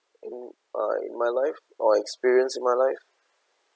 in uh in my life or experience in my life